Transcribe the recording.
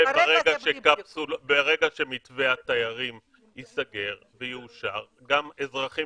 ברגע שמתווה התיירים ייסגר ויאושר גם אזרחים